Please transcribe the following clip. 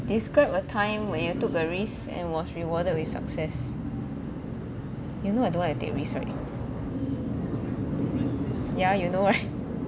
describe a time when you took a risk and was rewarded with success you know I don't like to take risk right yeah you know right